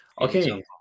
Okay